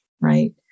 right